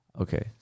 okay